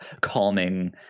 calming